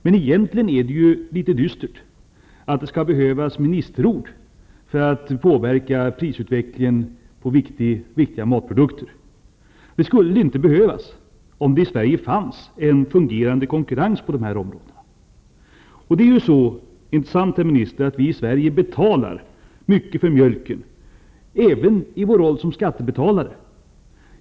Men egentligen är det litet dystert att det skall behövas ministerord för att påverka prisutvecklingen på viktiga matprodukter. Det skulle inte behövas, om det i Sverige fanns en fungerande konkurrens på dessa områden. Det är ju så -- inte sant, herr minister? -- att vi i Sverige betalar mycket för mjölken, även i vår roll som skattebetalare.